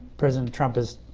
president trump is